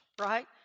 right